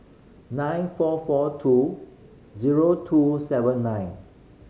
nine four four two zero two seven nine